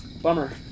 Bummer